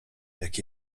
jak